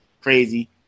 crazy